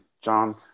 John